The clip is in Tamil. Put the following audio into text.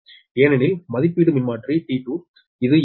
44 KV2 ஏனெனில் 2 KVA ஆல் வகுக்கப்படுவது 0